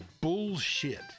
bullshit